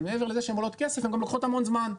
אבל מעבר לזה שהן עולות כסף הן גם לוקחות המון זמן.